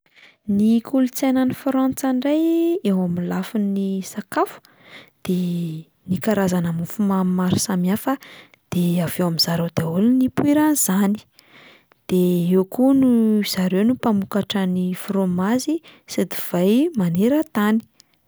Ny kolontsaina any Frantsa indray eo amin'ny lafin'ny sakafo de ny karazana mofomamy maro samihafa, de avy ao amin'zareo daholo no nipoiran'izany, de eo koa no- zareo no mpamokatra ny fromazy sy divay maneran-tany.